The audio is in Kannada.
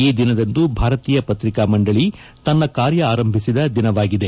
ಈ ದಿನದಂದು ಭಾರತೀಯ ಪತ್ರಿಕಾ ಮಂಡಳಿ ತನ್ನ ಕಾರ್ಯ ಆರಂಭಿಸಿದ ದಿನವಾಗಿದೆ